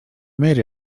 made